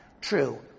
true